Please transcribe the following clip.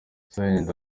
sendege